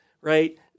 right